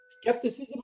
skepticism